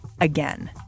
Again